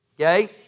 Okay